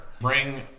Bring